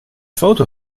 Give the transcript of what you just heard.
foto